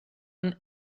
and